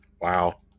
Wow